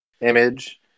image